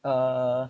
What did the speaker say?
uh